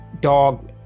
dog